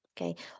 okay